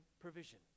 provision